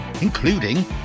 including